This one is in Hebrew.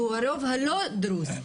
שהוא הרוב הלא דרוזי,